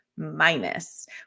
minus